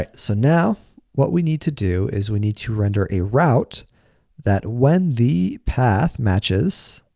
ah so, now what we need to do is we need to render a route that when the path matches